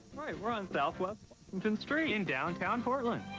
right! we're on southwest washington street. in downtown portland.